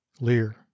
Lear